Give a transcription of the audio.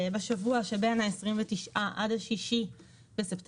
בשבוע שבין ה-29 באוגוסט עד ה-6 בספטמבר,